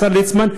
השר ליצמן,